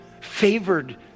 favored